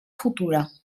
futura